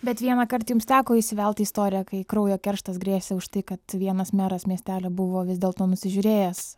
bet vienąkart jums teko įsivelt į istoriją kai kraujo kerštas grėsė už tai kad vienas meras miestelyje buvo vis dėl to nusižiūrėjęs